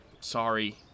Sorry